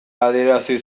adierazi